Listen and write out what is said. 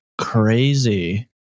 Crazy